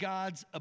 God's